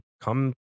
come